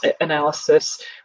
analysis